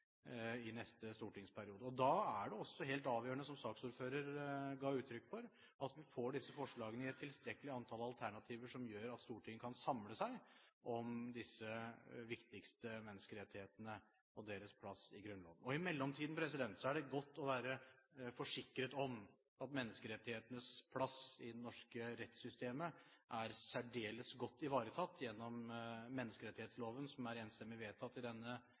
i neste stortingsperiode. Da er det helt avgjørende, som saksordføreren ga uttrykk for, at vi får disse forslagene i et tilstrekkelig antall alternativer som gjør at Stortinget kan samle seg om disse viktigste menneskerettighetene og deres plass i Grunnloven. I mellomtiden er det godt å være forsikret om at menneskerettighetenes plass i det norske rettssystemet er særdeles godt ivaretatt gjennom menneskerettighetsloven, som er enstemmig vedtatt i denne